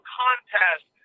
contest